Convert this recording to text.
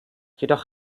jedoch